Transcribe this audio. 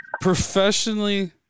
professionally